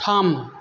थाम